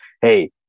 hey